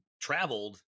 traveled